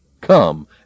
Come